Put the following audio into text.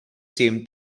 same